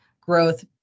growth